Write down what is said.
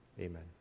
Amen